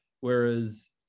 Whereas